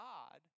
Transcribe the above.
God